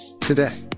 today